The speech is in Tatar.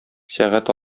сәгать